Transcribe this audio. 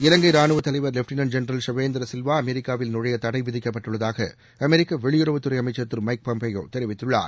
இவங்கை ரானுவ தலைவர் லெப்டினென்ட் ஜெனரல் ஷவேந்திர சில்வா அமெரிக்காவில் நுழைய தடை விதிக்கப்பட்டுள்ளதாக அமெரிக்க வெளியுறவுத்துறை அமைச்ச் திரு மைக் பாம்ப்பியோ தெரிவித்துள்ளார்